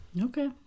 Okay